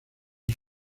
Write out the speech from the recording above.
sus